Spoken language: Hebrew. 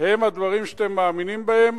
הם הדברים שאתם מאמינים בהם,